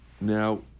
Now